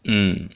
嗯